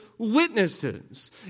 witnesses